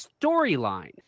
storyline